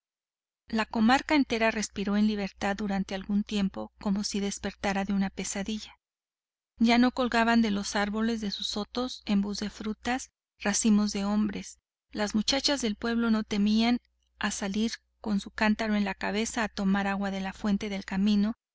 la comarca entera respiró en libertad durante algún tiempo como si despertara de una pesadilla ya no colgaban de los árboles de sus sotos en vez de frutos racimos de hombres las muchachas del pueblo no temían al salir con su cántaro a la cabeza a tomar agua de la fuente del camino